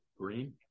Green